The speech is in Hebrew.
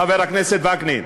חבר הכנסת וקנין,